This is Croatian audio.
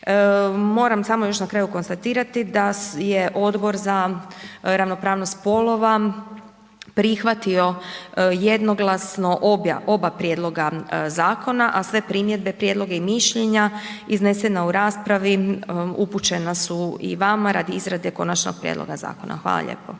Moram samo još na kraju konstatirati da je Odbor za ravnopravnost spolova prihvatio jednoglasno oba prijedloga zakona, a sve primjedbe, prijedloge i mišljenja iznesena u raspravi upućena su i vama radi izrade Konačnog prijedloga zakona. Hvala lijepo.